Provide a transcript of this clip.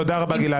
תודה רבה, גלעד.